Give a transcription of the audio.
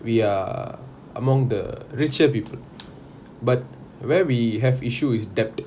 we are among the richer people but where we have issue with debt